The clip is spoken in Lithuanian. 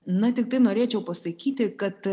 na tiktai norėčiau pasakyti kad